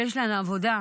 שיש להן עבודה,